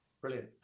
Brilliant